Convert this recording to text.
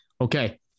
Okay